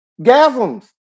Gasms